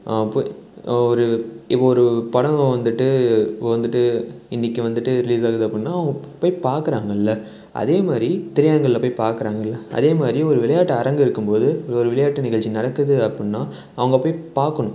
போ ஒரு இப்போ ஒரு படம் வந்துட்டு இப்போ வந்துட்டு இன்றைக்கு வந்துட்டு ரிலீஸ் ஆகுது அப்புடின்னா அவங்க போய் பார்க்குறாங்கள்ல அதேமாதிரி திரையரங்குகளில் போய் பார்க்குறாங்கள்ல அதேமாதிரி ஒரு விளையாட்டு அரங்கு இருக்கும்போது ஒரு விளையாட்டு நிகழ்ச்சி நடக்குது அப்புடின்னா அவங்க போய் பார்க்கணும்